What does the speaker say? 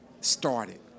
started